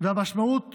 והמשמעויות